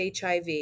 HIV